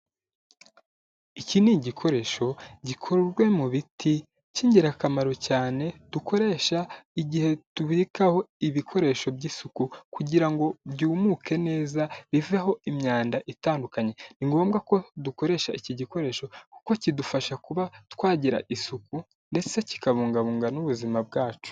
Iki ni igikoresho gikorwe mu biti k'ingirakamaro cyane dukoresha igihe tubikaho ibikoresho by'isuku kugira ngo byumuke neza biveho imyanda itandukanye, ni ngombwa ko dukoresha iki gikoresho kuko kidufasha kuba twagira isuku ndetse kikabungabunga n'ubuzima bwacu.